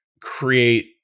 create